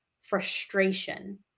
frustration